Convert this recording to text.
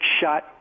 Shot